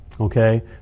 Okay